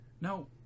No